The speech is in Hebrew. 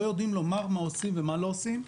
לא יודעים לומר מה עושים ומה לא עושים,